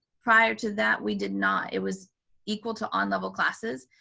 prior to that we did not, it was equal to on-level classes,